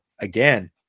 again